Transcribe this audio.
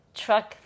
truck